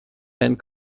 and